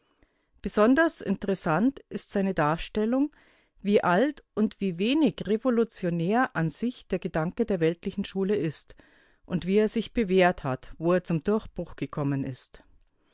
besonders interessant ist seine darstellung wie alt und wie wenig revolutionär an sich der gedanke der weltlichen schule ist und wie er sich bewährt hat wo er zum durchbruch gekommen ist